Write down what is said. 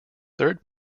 third